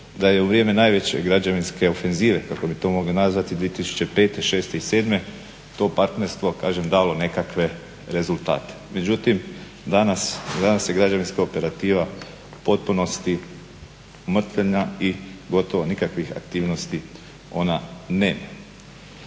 da je u vrijeme najveće građevinske ofenzive kako bi to mogli nazvati 2005., 2006. i 2007., to partnerstvo kažem dalo nekakve rezultate. Međutim, danas se građevinska operativa u potpunosti umrtvljena i gotovo nikakvih aktivnosti ona nema.